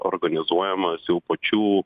organizuojamos jau pačių